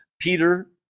Peter